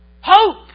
Hope